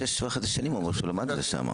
שש וחצי שנים הוא אמר שהוא למד את זה שם.